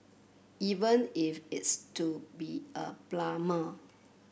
even if it's to be a plumber